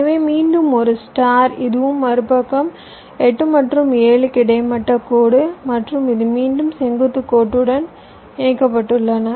எனவே மீண்டும் ஒரு ஸ்டார் இதுவும் மறுபக்கம் 8 மற்றும் 7 கிடைமட்ட கோடு மற்றும் இது மீண்டும் செங்குத்து கோடுடன் இணைக்கப்பட்டுள்ளன